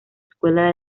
escuela